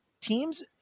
teams